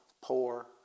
poor